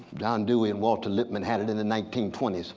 john dewey and walter lippmann had it in the nineteen twenty s.